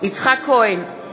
יצחק כהן,